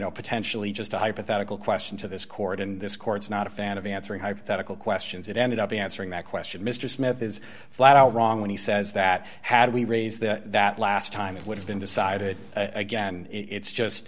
know potentially just a hypothetical question to this court and this court's not a fan of answering hypothetical questions that ended up answering that question mr smith is flat out wrong when he says that how do we raise the that last time it would have been decided again it's just